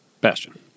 Bastion